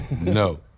No